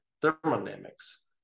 thermodynamics